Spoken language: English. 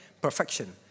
Perfection